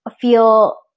feel